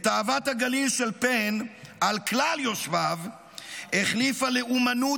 את אהבת הגליל של פן על כלל יושביו החליפה לאומנות